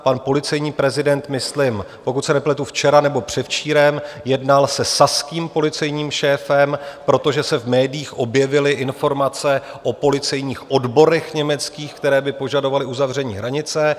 Pan policejním prezident myslím, pokud se nepletu, včera nebo předevčírem, jednal se saským policejním šéfem, protože se v médiích objevily informace o policejních odborech německých, které by požadovaly uzavření hranice.